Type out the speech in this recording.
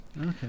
Okay